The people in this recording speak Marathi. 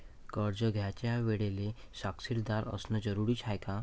कर्ज घ्यायच्या वेळेले साक्षीदार असनं जरुरीच हाय का?